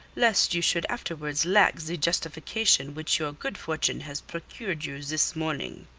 lest you should afterwards lack the justification which your good fortune has procured you this morning.